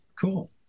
Cool